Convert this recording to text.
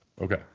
Okay